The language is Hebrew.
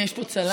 יש פה צלם.